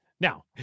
Now